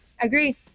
Agree